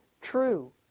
true